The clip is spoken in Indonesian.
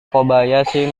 kobayashi